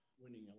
winning